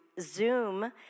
Zoom